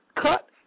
cut